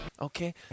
Okay